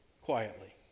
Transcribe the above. quietly